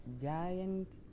giant